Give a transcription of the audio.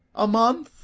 a month,